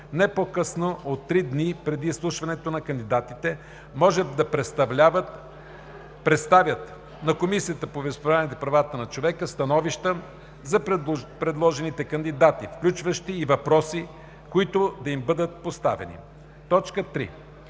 не по-късно от три дни преди изслушването на кандидатите може да представят на Комисията по вероизповеданията и правата на човека становища за предложените кандидати, включващи и въпроси, които да им бъдат поставени. 3.